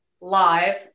live